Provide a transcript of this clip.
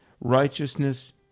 Righteousness